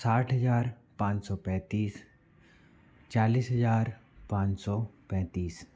साठ हजार पाँच सौ पैंतीस चालीस हजार पाँच सौ पैंतीस